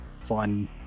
fun